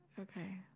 Okay